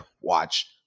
watch